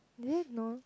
is it no